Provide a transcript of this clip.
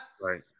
Right